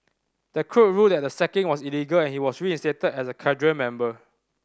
the court ruled that the sacking was illegal and he was reinstated as a cadre member